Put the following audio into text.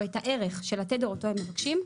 או את הערך של התדר אותו הם מבקשים,